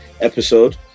episode